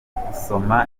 gusoma